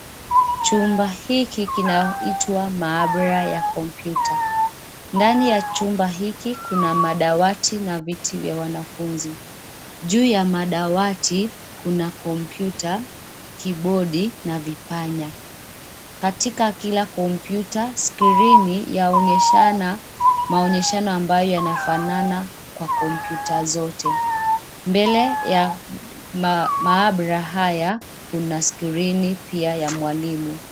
Chumba hiki kinaitwa maabara ya kompyuta, ndani ya chumba hiki kuna madawati na viti vya wanafunzi, juu ya madawati, kuna kompyuta, kibodi na vipanya, katika kila kompyuta, skrini yaonyeshana, maonyeshano ambayo yanafanana, kwa kompyuta zote, mbele ya, maabara haya, kuna skrini pia ya mwalimu.